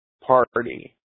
party